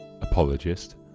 apologist